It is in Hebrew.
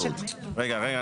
רגע, רגע.